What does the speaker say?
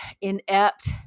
inept